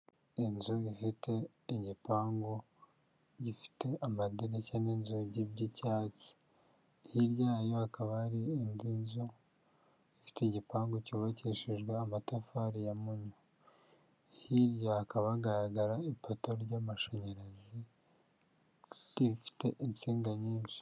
Inzu ifite igipangu gifite amadirishya n'inzugi by'icyatsi hirya yayo hakaba hari indi nzu ifite igipangu cyubakishejwe amatafari ya mpunyu hirya hakaba hagaragara ipoto ry'amashanyarazi rifite insinga nyinshi.